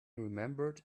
remembered